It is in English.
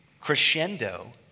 crescendo